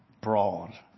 broad